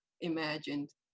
imagined